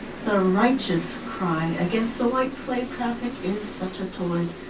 the righteous cry against the white slave traffic is such a toy.